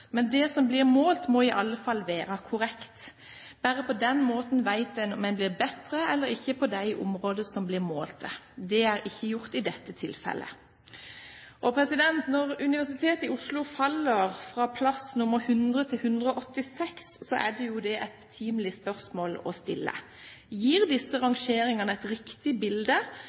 men det som blir målt må i alle fall vera korrekt. Berre på den måten veit ein om ein blir betre eller ikkje på dei områda som blir målte. Det er ikkje gjort i dette tilfellet.» Når universitetet i Oslo faller fra plass nr. 100 til plass nr. 186, er et betimelig spørsmål å stille dette: Gir disse rangeringene et riktig bilde